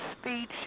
speech